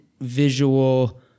visual